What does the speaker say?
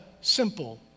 simple